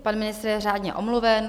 Pan ministr je řádně omluven.